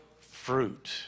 fruit